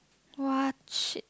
!wah! shit